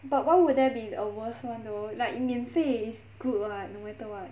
but why would there be a worst one though like 免费 is good [what] no matter what